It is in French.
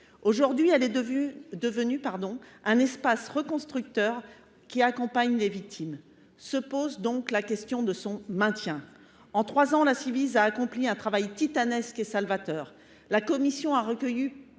La Ciivise est devenue un espace reconstructeur, qui accompagne les victimes. Se pose donc la question de son maintien. En trois ans, elle a accompli un travail titanesque et salvateur. Elle a recueilli